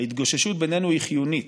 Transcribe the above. ההתגוששות בינינו היא חיונית.